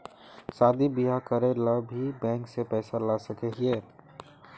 शादी बियाह करे ले भी बैंक से पैसा ला सके हिये?